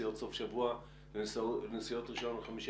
נסיעות סוף שבוע לנסיעות ראשון-חמישי,